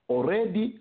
Already